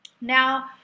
Now